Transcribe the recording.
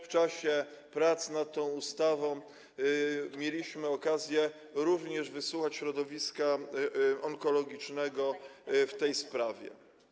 W czasie prac nad tą ustawą mieliśmy okazję wysłuchać środowiska onkologicznego w tej sprawie.